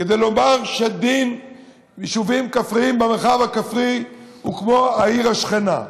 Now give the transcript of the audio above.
כדי לומר שדין יישובים כפריים במרחב הכפרי הוא כמו העיר השכנה.